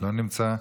לא נמצא,